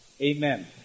Amen